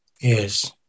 Yes